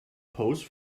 pose